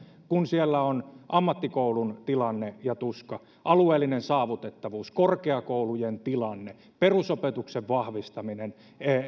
kun siellä on ammattikoulun tilanne ja tuska alueellinen saavutettavuus korkeakoulujen tilanne perusopetuksen vahvistaminen